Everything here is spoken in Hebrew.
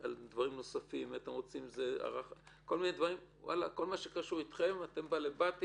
על דברים נוספים כל מה שקשור לכם אתם בעלי הבית.